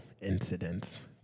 incidents